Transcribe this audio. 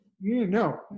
No